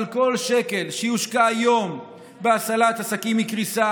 אבל כל שקל שיושקע היום בהצלת עסקים מקריסה